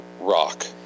rock